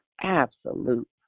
absolute